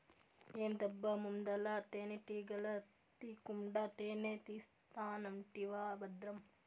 ఏందబ్బా ముందల తేనెటీగల తీకుండా తేనే తీస్తానంటివా బద్రం